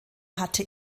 hatte